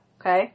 okay